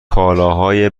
کالاهای